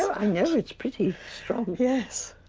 i know, it's pretty strong. yes.